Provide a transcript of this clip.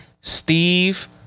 Steve